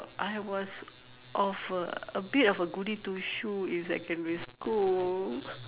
I was of a a bit of a goody two shoe in secondary school